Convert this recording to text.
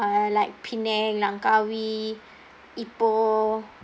uh like penang langkawi ipoh